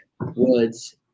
woods